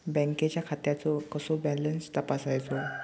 बँकेच्या खात्याचो कसो बॅलन्स तपासायचो?